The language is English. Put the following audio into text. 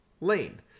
lane